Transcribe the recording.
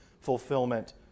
fulfillment